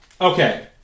Okay